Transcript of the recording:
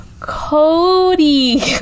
Cody